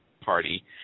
party